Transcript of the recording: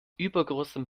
übergroßem